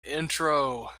intro